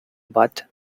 but